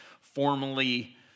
formally